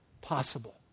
possible